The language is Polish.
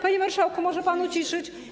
Panie marszałku, może pan uciszyć.